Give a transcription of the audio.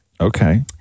okay